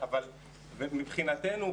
מבחינתנו,